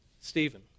Stephen